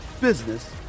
business